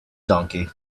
donkey